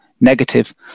negative